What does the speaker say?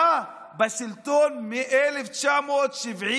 היה בשלטון מ-1977.